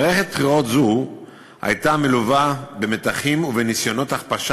מערכת בחירות זו הייתה מלווה במתחים ובניסיונות הכפשה